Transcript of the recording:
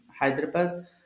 Hyderabad